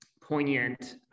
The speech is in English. poignant